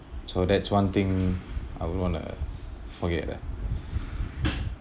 so that's one thing I would want to forget eh